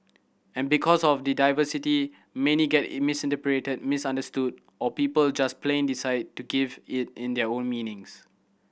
and because of the diversity many get in misinterpreted misunderstood or people just plain decide to give it in their own meanings